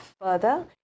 further